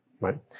right